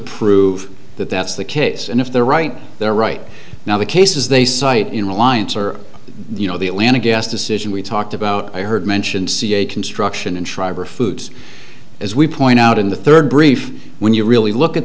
prove that that's the case and if they're right there right now the cases they cite in reliance are you know the atlanta gas decision we talked about i heard mention see a construction and shriver foods as we point out in the third brief when you really look at